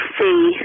see